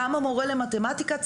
גם המורה למתמטיקה,